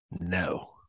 No